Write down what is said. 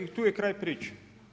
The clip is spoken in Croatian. I tu je kraj priče.